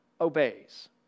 obeys